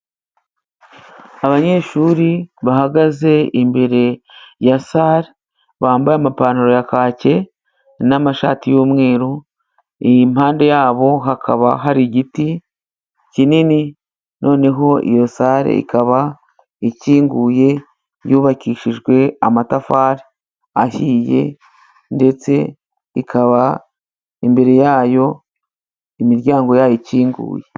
Abanyeshuri bahagaze imbere ya sare, bambaye amapantaro ya kake n'amashati y'umweru, impande yabo hakaba hari igiti kinini, noneho iyo sare ikaba ikinguye yubakishijwe amatafari ahiye ndetse ikaba imbere yayo imiryango yayo ikinguye.